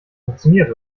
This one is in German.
funktioniert